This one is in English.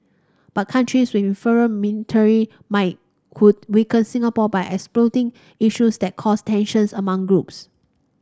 but countries with inferior military might could weaken Singapore by exploiting issues that cause tensions among groups